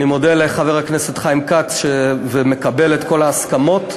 אני מודה לחבר הכנסת חיים כץ ומקבל את כל ההסכמות,